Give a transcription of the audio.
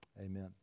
Amen